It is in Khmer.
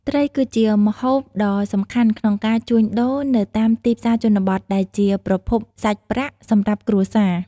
ត្រីគឺជា ម្ហូប ដ៏សំខាន់ក្នុងការជួញដូរនៅតាមទីផ្សារជនបទ ដែលជាប្រភពសាច់ប្រាក់សម្រាប់គ្រួសារ។